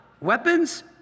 weapons